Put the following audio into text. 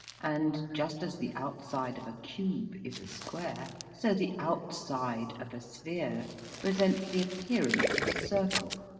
and, just as the outside of a cube is a square, so the outside of a sphere presents the appearance of a circle.